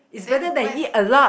then when